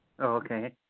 Okay